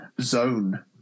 zone